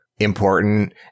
Important